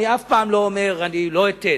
אני אף פעם לא אומר: אני לא אתן.